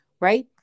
right